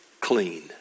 clean